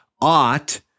ought